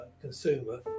consumer